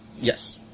Yes